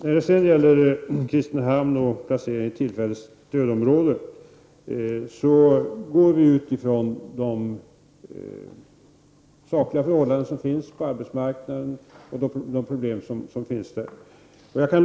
Vid bedömningen av vilka kommuner som skall placeras i tillfälliga stödområden utgår vi från de sakliga förhållandena på arbetsmarknaden och de problem som finns.